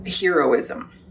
heroism